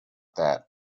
that